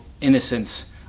innocence